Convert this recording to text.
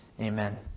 Amen